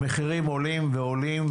המחירים עולים ועולים,